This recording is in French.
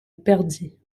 perdit